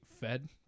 fed